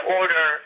order